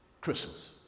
Christmas